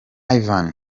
ivan